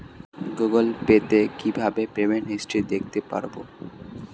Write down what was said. Google Pay তে কিভাবে payment history দেখতে পারবো?